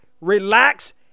relax